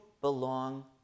belong